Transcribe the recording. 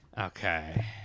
Okay